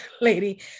lady